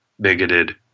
bigoted